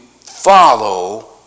follow